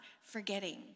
forgetting